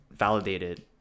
Validated